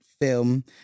film